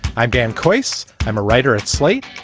ibm coifs. i'm a writer at slate.